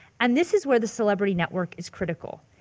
and this is where the celebrity network is critical.